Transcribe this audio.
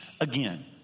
again